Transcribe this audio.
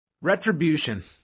retribution